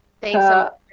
Thanks